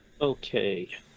Okay